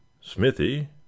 Smithy